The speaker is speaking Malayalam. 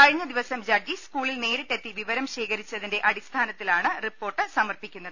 കഴിഞ്ഞ ദിവസം ജഡ്ജി സ്കൂളിൽ നേരിട്ടെത്തി വിവരം ശേഖരിച്ചതിന്റെ അടിസ്ഥാ നത്തിലാണ് റിപ്പോർട്ട് സമർപ്പിക്കുന്നത്